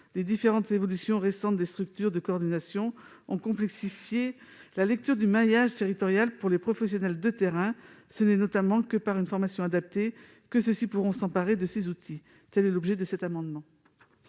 Les différentes évolutions récentes des structures de coordination ont complexifié la lecture du maillage territorial pour les professionnels de terrain. Ce n'est notamment que par une formation adaptée que ceux-ci pourront s'emparer de tels outils. La parole est à Mme